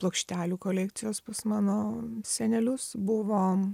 plokštelių kolekcijos pas mano senelius buvo